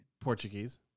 Portuguese